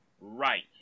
Right